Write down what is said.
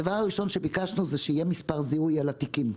הדבר הראשון שביקשנו הוא שיהיה מספר זיהוי על התיקים.